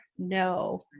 No